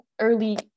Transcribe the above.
early